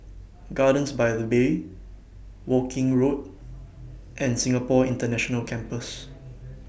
Gardens By The Bay Woking Road and Singapore International Campus